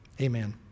Amen